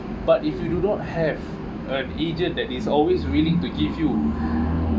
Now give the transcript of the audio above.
but if you do not have an agent that is always willing to give you